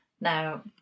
now